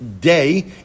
day